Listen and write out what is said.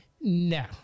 no